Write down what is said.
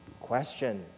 Question